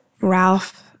Ralph